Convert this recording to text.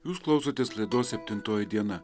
jūs klausotės laidos septintoji diena